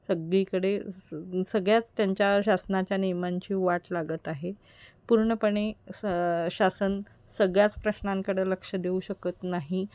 सगळीकडे सगळ्याच त्यांच्या शासनाच्या नियमांची वाट लागत आहे पूर्णपणे स शासन सगळ्याच प्रश्नांकडे लक्ष देऊ शकत नाही